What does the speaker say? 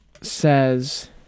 says